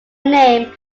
name